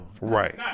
right